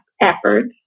efforts